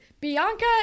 Bianca